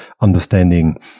understanding